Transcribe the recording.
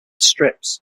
strips